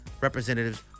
representatives